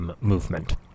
movement